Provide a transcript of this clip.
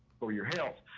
for your health.